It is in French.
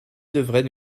devrait